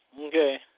Okay